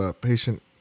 patient